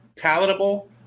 palatable